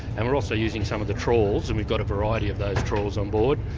and we're also using some of the trawls and we've got a variety of those trawls on board,